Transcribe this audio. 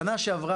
בשנה שעברה,